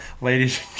ladies